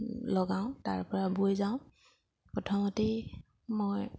লগাওঁ তাৰ পৰা বৈ যাওঁ প্ৰথমতেই মই